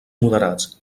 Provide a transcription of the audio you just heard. moderats